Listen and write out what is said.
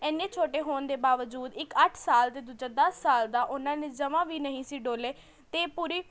ਇੰਨੇ ਛੋਟੇ ਹੋਣ ਦੇ ਬਾਵਜੂਦ ਇੱਕ ਅੱਠ ਸਾਲ ਅਤੇ ਦੂਜਾ ਦਸ ਸਾਲ ਦਾ ਉਹਨਾਂ ਨੇ ਜਮਾਂ ਵੀ ਨਹੀ ਸੀ ਡੋਲੇ ਅਤੇ ਪੂਰੀ